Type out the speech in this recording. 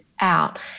out